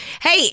Hey